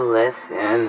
listen